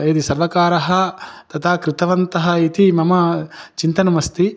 यदि सर्वकारः तथा कृतवन्तः इति मम चिन्तनमस्ति